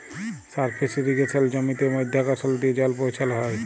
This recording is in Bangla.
সারফেস ইরিগেসলে জমিতে মধ্যাকরসল দিয়ে জল পৌঁছাল হ্যয়